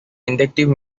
inductive